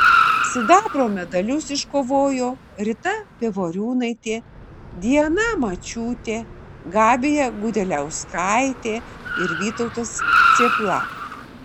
sidabro medalius iškovojo rita pivoriūnaitė diana mačiūtė gabija gudeliauskaitė ir vytautas cėpla